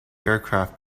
aircraft